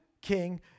king